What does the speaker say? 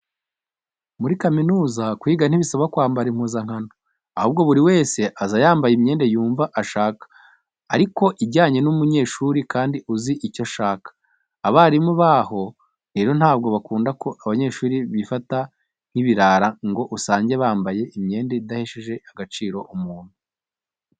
Muri kaminuza kuhiga ntibisaba kwambara impuzankano, ahubwo buri wese aza yambaye imyenda yumva ashaka ariko ijyanye n'umunyeshuri kandi uzi icyo ashaka. Abarimu baho rero ntabwo bakunda abanyeshuri bifata nk'ibirara ngo usange bambaye imyenda idahesheje agaciro umuntu.